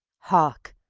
hark!